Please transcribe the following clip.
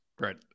right